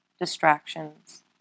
distractions